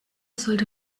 sollte